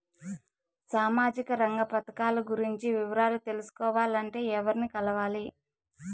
సామాజిక రంగ పథకాలు గురించి వివరాలు తెలుసుకోవాలంటే ఎవర్ని కలవాలి?